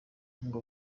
ngo